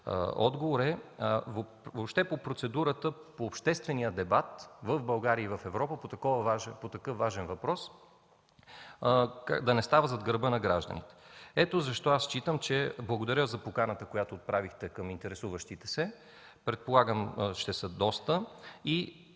важен, е въобще процедурата по обществения дебат в България и в Европа по такъв важен въпрос да не става зад гърба на гражданите. Благодаря за поканата, която отправихте към интересуващите се, предполагам, че те ще са доста.